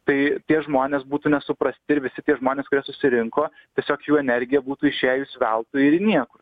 tai tie žmonės būtų nesuprasti ir visi tie žmonės kurie susirinko tiesiog jų energija būtų išėjus veltui ir į niekur